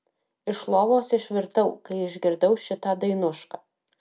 iš lovos išvirtau kai išgirdau šitą dainušką